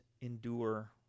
endure